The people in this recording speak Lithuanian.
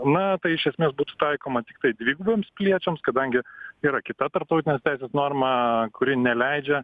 na tai iš esmės būtų taikoma tiktai dvigubiems piliečiams kadangi yra kita tarptautinės teisės norma kuri neleidžia